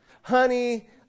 Honey